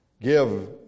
Give